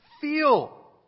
feel